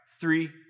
three